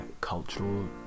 cultural